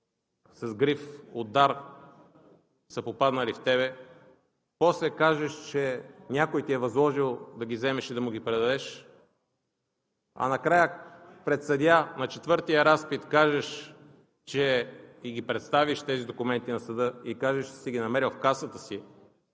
с гриф от ДАР са попаднали в теб, после кажеш, че някой ти е възложил да ги вземеш и да му ги предадеш, а накрая пред съдия на четвъртия разпит представиш тези документи на съда и кажеш, че си ги намерил в касата си.